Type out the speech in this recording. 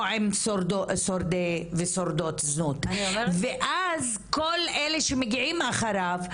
או עם שורדי ושורדות זנות ואז כל אלה שמגיעים אחריו,